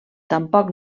tampoc